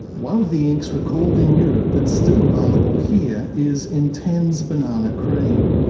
one of the inks recalled in europe that's still available here is intenze banana cream.